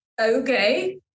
okay